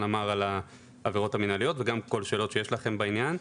אמר על העבירות המנהליות וגם כל השאלות שיש לכם בעניין.